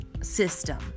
system